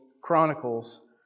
Chronicles